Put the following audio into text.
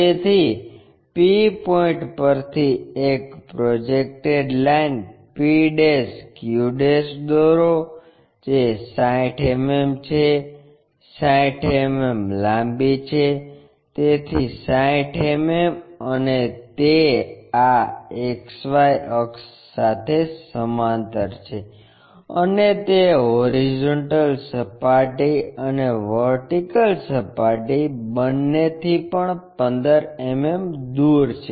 તેથી p point પરથી એક પ્રોજેક્ટેડ લાઇન pq દોરો જે 60 mm છે 60 mm લાંબી છે તેથી 60 mm અને તે આ XY અક્ષ સાથે સમાંતર છે અને તે હોરિઝોન્ટલ સપાટી અને વર્ટીકલ સપાટી બંનેથી પણ 15 mm દૂર છે